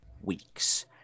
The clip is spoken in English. weeks